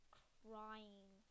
crying